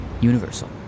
universal